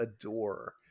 adore